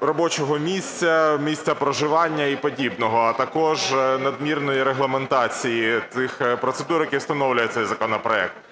робочого місця, місця проживання і подібного, а також надмірної регламентації тих процедур, які встановлює цей законопроект.